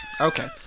Okay